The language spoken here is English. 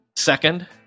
Second